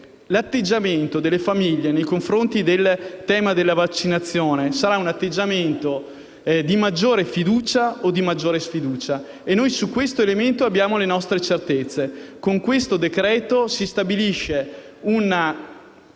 l'atteggiamento delle famiglie nei confronti della vaccinazione sarà di maggiore fiducia o di maggiore sfiducia. Ebbene, su questo elemento abbiamo le nostre certezze: con questo provvedimento si stabilisce una